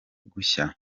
gushya